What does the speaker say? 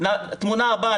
בתמונה הבאה